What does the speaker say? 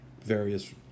various